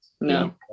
no